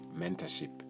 mentorship